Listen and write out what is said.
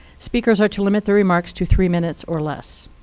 speakers are to limit their remarks to three minutes or less.